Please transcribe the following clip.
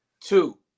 Two